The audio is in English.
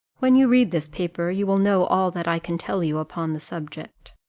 when you read this paper, you will know all that i can tell you upon the subject.